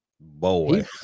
Boy